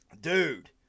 Dude